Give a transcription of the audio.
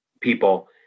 people